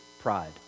pride